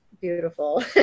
beautiful